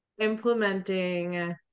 implementing